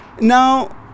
now